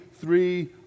three